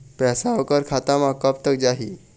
पैसा ओकर खाता म कब तक जाही?